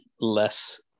less